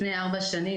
לפני ארבע שנים,